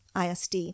ISD